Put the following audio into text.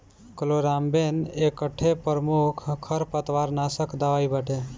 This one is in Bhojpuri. क्लोराम्बेन एकठे प्रमुख खरपतवारनाशक दवाई बाटे